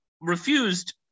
refused